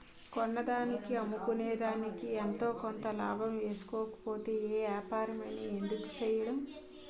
కొన్నదానికి అమ్ముకునేదికి ఎంతో కొంత లాభం ఏసుకోకపోతే ఏ ఏపారమైన ఎందుకు సెయ్యడం?